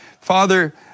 Father